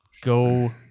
go